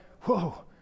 whoa